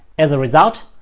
as a result,